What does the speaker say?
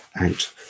out